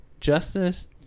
justice